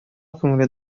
күңеле